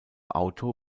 auto